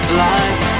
life